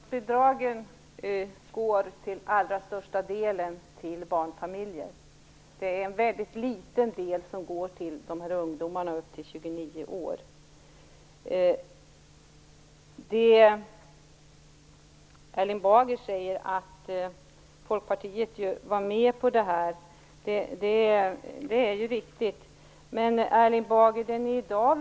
Fru talman! Bostadsbidragen går till allra största delen till barnfamiljer. Det är en väldigt liten del som går till ungdomar upp till 29 år. Erling Bager säger att Folkpartiet var med på förslaget i maj, och det är alldeles riktigt.